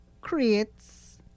creates